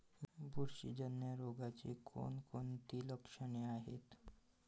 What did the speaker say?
बुरशीजन्य रोगाची कोणकोणती लक्षणे आहेत?